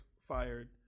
fired